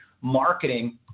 marketing